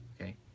Okay